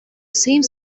same